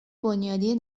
بنیادی